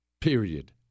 Period